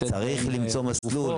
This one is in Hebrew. לתת להם תרופות.